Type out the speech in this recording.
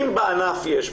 אם בענף יש,